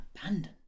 abandoned